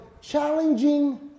challenging